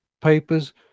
papers